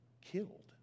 killed